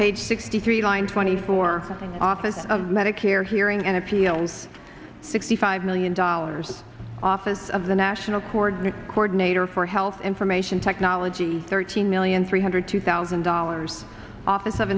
page sixty three line twenty four offices of medicare hearing and appeals sixty five million dollars office of the national coordinator coordinator for health information technology thirty million three hundred two thousand dollars office of